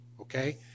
okay